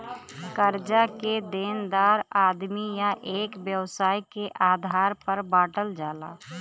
कर्जा के देनदार आदमी या एक व्यवसाय के आधार पर बांटल जाला